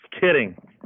Kidding